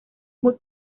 muy